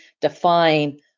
define